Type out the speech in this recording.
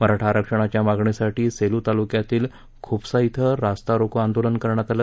मराठा आरक्षणाच्या मागणीसाठी सेलू तालुक्यातील खूपसा येथे रस्ता रोको आंदोलन करण्यात आले